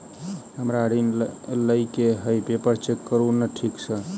हमरा ऋण लई केँ हय पेपर चेक करू नै ठीक छई?